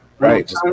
Right